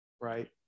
right